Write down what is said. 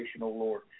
Lord